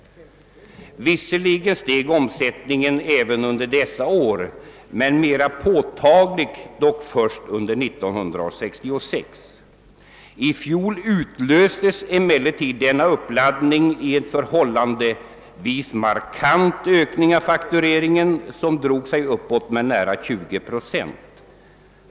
Visserligen steg omsättningen även under dessa år, mera påtagligt dock först under 1966. I fjol utlöstes emellertid denna uppladdning i en förhållandevis markant ökning av faktureringen, som drog sig uppåt med nära 20 Z.